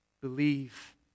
believe